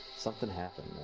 something happened